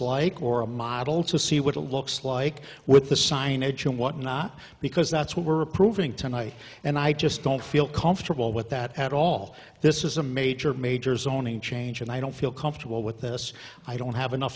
like or a model to see what it looks like with the signage and what not because that's what we're approving tonight and i just don't feel comfortable with that at all this is a major major zoning change and i don't feel comfortable with this i don't have enough